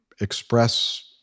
express